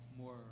more